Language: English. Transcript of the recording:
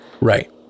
Right